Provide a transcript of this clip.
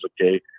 okay